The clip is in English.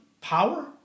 power